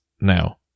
now